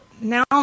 now